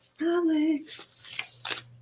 Alex